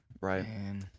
right